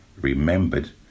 remembered